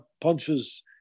punches